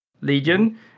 legion